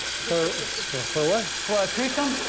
for so for for what? for a threesome?